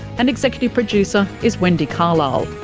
and executive producer is wendy carlisle.